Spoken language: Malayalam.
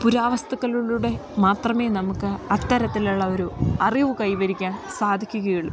പുരാവസ്തുക്കളിലൂടെ മാത്രമേ നമുക്ക് അത്തരത്തിലുള്ള ഒരു അറിവ് കൈവരിക്കാൻ സാധിക്കുകയുള്ളു